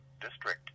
district